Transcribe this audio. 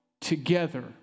together